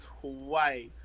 twice